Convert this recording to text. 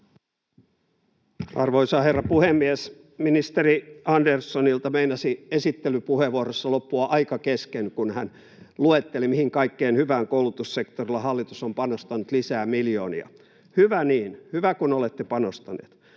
Arvoisa herra puhemies! Ministeri Anderssonilta meinasi esittelypuheenvuorossa loppua aika kesken, kun hän luetteli, mihin kaikkeen hyvään koulutussektorilla hallitus on panostanut lisää miljoonia. Hyvä niin, hyvä kun olette panostaneet.